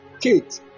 Kate